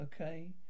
okay